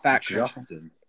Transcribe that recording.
Justin